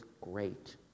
great